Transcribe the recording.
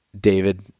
David